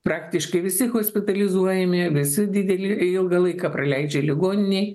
praktiškai visi hospitalizuojami visi didelį ilgą laiką praleidžia ligoninėj